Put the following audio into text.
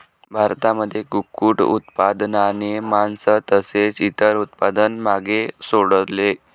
भारतामध्ये कुक्कुट उत्पादनाने मास तसेच इतर उत्पादन मागे सोडले